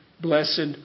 Blessed